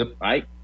right